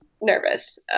nervous